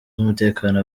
z’umutekano